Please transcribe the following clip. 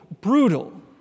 brutal